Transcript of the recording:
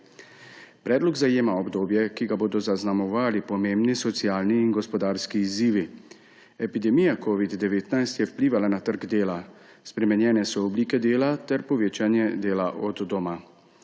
Predlog zajema obdobje, ki ga bodo zaznamovali pomembni socialni in gospodarski izzivi. Epidemija covida-19 je vplivala na trg dela − spremenjene so oblike dela ter povečanje dela od doma.